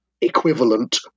equivalent